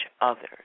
others